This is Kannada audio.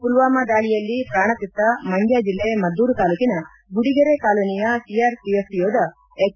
ಪುಲ್ವಾಮಾ ದಾಳಿಯಲ್ಲಿ ಪ್ರಾಣತೆತ್ತ ಮಂಡ್ದ ಜಿಲ್ಲೆ ಮದ್ದೂರು ತಾಲೂಕಿನ ಗುಡಿಗೆರೆ ಕಾಲೋನಿಯ ಸಿಆರ್ಪಿಎಫ್ ಯೋಧ ಎಚ್